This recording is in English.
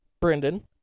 Brendan